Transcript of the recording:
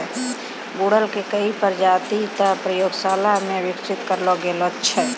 गुड़हल के कई प्रजाति तॅ प्रयोगशाला मॅ विकसित करलो गेलो छै